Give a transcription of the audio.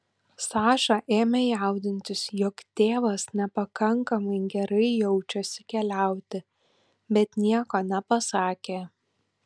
saša ėmė jaudintis jog tėvas nepakankamai gerai jaučiasi keliauti bet nieko nepasakė